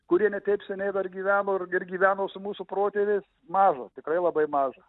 kurie ne tik šiandien dar gyveno ir ir gyveno su mūsų protėvis mažo tikrai labai mažą